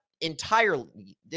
entirely